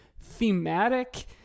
thematic